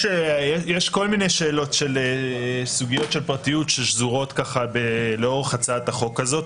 יש כל מיני סוגיות של פרטיות ששזורות לאורך הצעת החוק הזאת.